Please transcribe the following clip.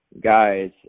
guys